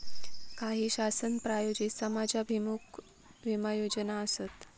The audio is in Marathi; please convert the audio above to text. काही शासन प्रायोजित समाजाभिमुख विमा योजना आसत